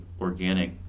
organic